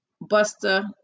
Buster